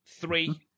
three